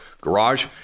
garage